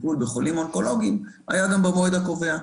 כמובן שהיה טיפול בחולי סוכרת וחולים אונקולוגיים גם במועד הקובע.